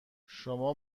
شما